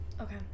Okay